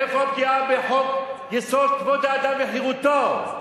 איפה הפגיעה בחוק-יסוד: כבוד האדם וחירותו?